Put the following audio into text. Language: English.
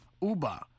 uber